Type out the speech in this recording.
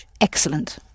Excellent